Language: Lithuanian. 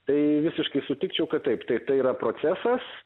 tai visiškai sutikčiau kad taip tai yra procesas